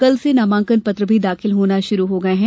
कल से नामांकन पत्र भी दाखिल होना शुरू हो गये हैं